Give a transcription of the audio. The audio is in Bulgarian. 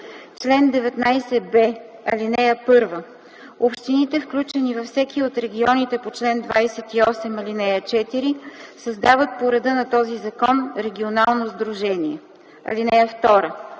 „Чл. 19б. (1) Общините, включени във всеки от регионите по чл. 28, ал. 4, създават по реда на този закон регионално сдружение. (2)